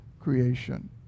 creation